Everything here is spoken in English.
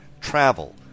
travel